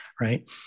right